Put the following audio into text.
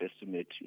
estimate